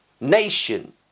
nation